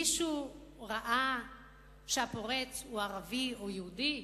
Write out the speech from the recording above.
מישהו ראה שהפורץ הוא ערבי או יהודי?